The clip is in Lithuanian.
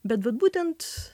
bet vat būtent